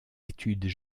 études